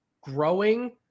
growing